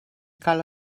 cal